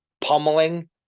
pummeling